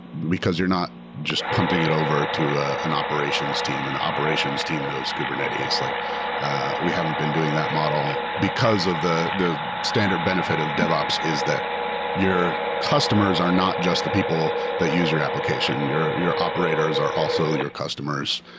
because you're not just punting it over to an operations team and the operations team knows kubernetes. like we haven't been doing that model, because of the the standard benefit of devops is that your customers are not just the people the use your application. your your operators are also your customers,